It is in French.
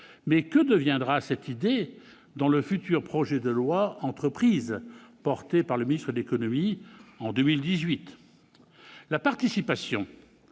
Mais que deviendra cette idée dans le futur projet de loi « Entreprises » porté par le ministre de l'économie en 2018 ? La participation